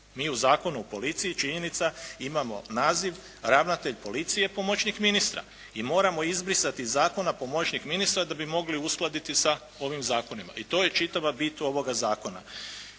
Mi u Zakonu o policiji, činjenica imamo naziv, ravnatelj policije, pomoćnik ministra. I moramo izbrisati iz Zakona pomoćnik ministra, da bi mogli uskladiti sa ovim zakonima. I to je čitava bit ovoga Zakona.